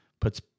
puts